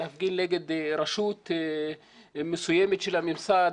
להפגין נגד רשות מסוימת של הממסד,